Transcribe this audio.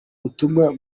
butumwa